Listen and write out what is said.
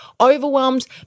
overwhelmed